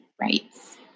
rights